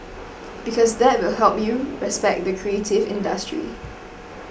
because that will help you respect the creative industry